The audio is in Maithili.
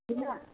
छिमरा